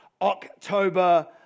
October